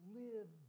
live